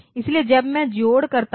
इसलिए जब मैं जोड़ करता हूं